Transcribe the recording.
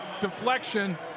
deflection